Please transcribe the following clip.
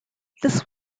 this